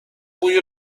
بوی